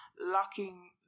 locking